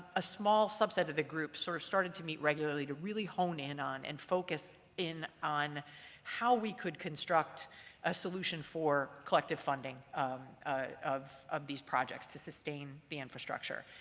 a small subset of the group sort of started to meet regularly to really home in on and focus in on how we could construct a solution for collective funding of and of these projects to sustain the infrastructure.